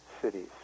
cities